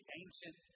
ancient